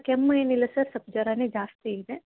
ಕೆಮ್ಮು ಏನಿಲ್ಲ ಸರ್ ಸ್ವಲ್ಪ್ ಜ್ವರ ಜಾಸ್ತಿ ಇದೆ